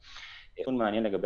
עוד נתון מעניין לגבי